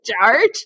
charge